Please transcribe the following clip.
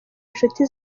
inshuti